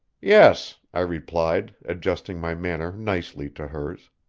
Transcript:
yes, i replied, adjusting my manner nicely to hers,